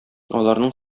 аларның